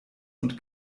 und